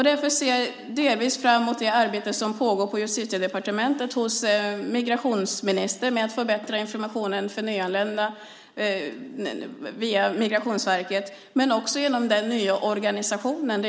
Därför ser jag fram emot det arbete som pågår på Justitiedepartementet hos migrationsministern med att förbättra informationen för nyanlända via Migrationsverket men också genom den nya organisationen.